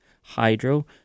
hydro